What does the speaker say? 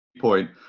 point